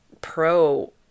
pro